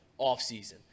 offseason